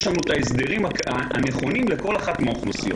יש לנו את ההסדרים הנכונים לכל אחת מן האוכלוסיות.